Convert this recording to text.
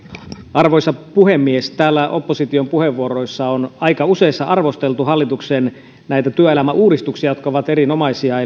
arvoisa puhemies täällä aika useissa opposition puheenvuoroissa on arvosteltu näitä hallituksen työelämäuudistuksia jotka ovat erinomaisia